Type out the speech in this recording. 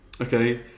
Okay